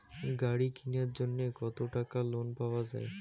গাড়ি কিনার জন্যে কতো টাকা লোন পাওয়া য়ায়?